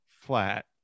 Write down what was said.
flat